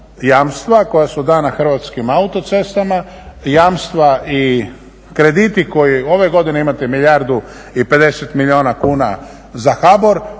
koja su dana Hrvatskim autocestama i jamstva i krediti koji ove godine imate milijardu i 50 milijuna kuna za HBOR